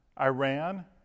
Iran